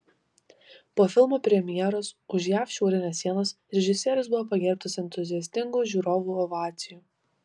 po filmo premjeros už jav šiaurinės sienos režisierius buvo pagerbtas entuziastingų žiūrovų ovacijų